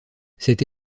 cette